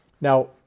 Now